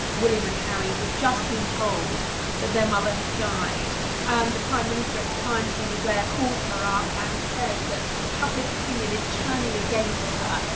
william, and harry, who've just been told that their mother has died, and the prime minister at the time, tony blair, calls her up and says that public opinion is turning against